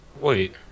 Wait